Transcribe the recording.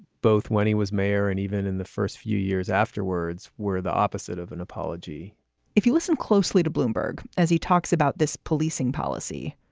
both when he was mayor and even in the first few years afterwards, were the opposite of an apology if you listen closely to bloomberg as he talks about this policing policy,